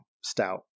stout